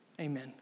Amen